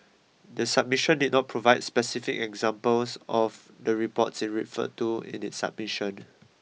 the submission did not provide specific examples of the reports it referred to in its submission